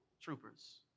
troopers